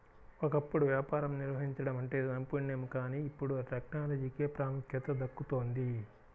ఒకప్పుడు వ్యాపారం నిర్వహించడం అంటే నైపుణ్యం కానీ ఇప్పుడు టెక్నాలజీకే ప్రాముఖ్యత దక్కుతోంది